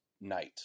Night